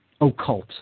occult